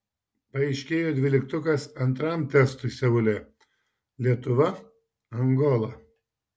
paaiškėjo dvyliktukas antram testui seule lietuva angola